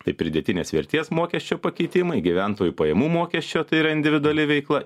tai pridėtinės vertės mokesčio pakeitimai gyventojų pajamų mokesčio tai yra individuali veikla